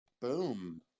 boom